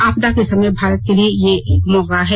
आपदा के समय भारत के लिए ये एक मौका है